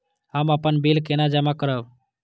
हम अपन बिल केना जमा करब?